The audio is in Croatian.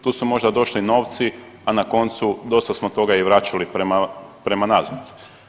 Tu su možda došli novci, a na koncu dosta smo toga i vraćali prema nazad.